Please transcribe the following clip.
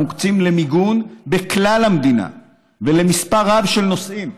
למיגון בכלל המדינה ולמספר רב של נושאים,